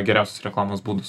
geriausius reklamos būdus